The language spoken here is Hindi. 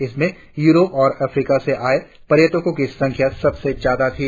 इनमें यूरोप औप अफ्रीका से आए पर्यटको की संख्या सबसे जायादा थी